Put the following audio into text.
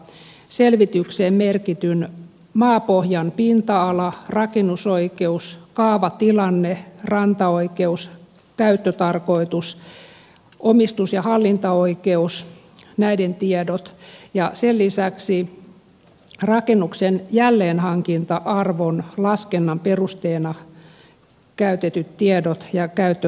hänen täytyy tarkastaa selvitykseen merkityn maapohjan pinta ala rakennusoikeus kaavatilanne rantaoikeus käyttötarkoitus omistus ja hallintaoikeus näiden tiedot ja sen lisäksi rakennuksen jälleenhankinta arvon laskennan perusteena käytetyt tiedot ja käyttötarkoitus